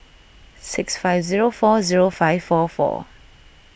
six five zero four zero five four four